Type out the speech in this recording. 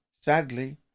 Sadly